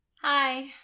Hi